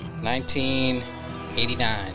1989